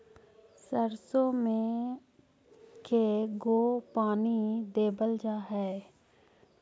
सरसों में के गो पानी देबल जा है?